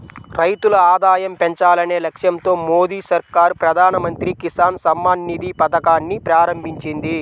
రైతుల ఆదాయం పెంచాలనే లక్ష్యంతో మోదీ సర్కార్ ప్రధాన మంత్రి కిసాన్ సమ్మాన్ నిధి పథకాన్ని ప్రారంభించింది